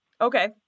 Okay